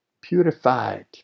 purified